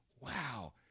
wow